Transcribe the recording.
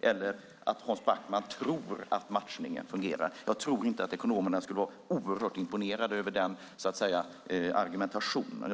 eller att han tror att matchningen fungerar. Jag tror inte att ekonomerna skulle vara oerhört imponerade av den argumentationen.